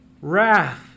Wrath